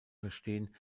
verstehen